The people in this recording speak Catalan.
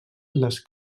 les